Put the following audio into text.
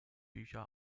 bücher